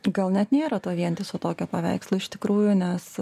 gal net nėra to vientiso tokio paveikslo iš tikrųjų nes